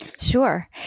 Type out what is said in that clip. Sure